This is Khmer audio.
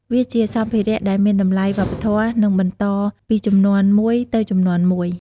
វាជាសម្ភារ:ដែលមានតម្លៃវប្បធម៌ និងបន្តពីជំនាន់មួយទៅជំនាន់មួយ។